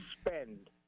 spend